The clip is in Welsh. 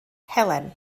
helen